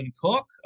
Cook